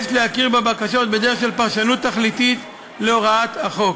יש להכיר בבקשות בדרך של פרשנות תכליתית להוראות החוק.